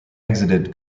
exited